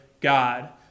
God